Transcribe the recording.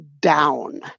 down